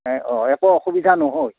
অঁ একো অসুবিধা নহয়